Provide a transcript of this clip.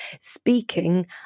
speaking